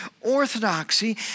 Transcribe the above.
orthodoxy